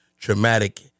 traumatic